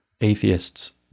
atheists